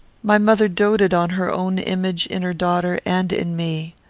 my mother doted on her own image in her daughter and in me.